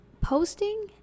posting